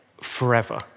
forever